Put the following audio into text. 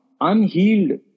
unhealed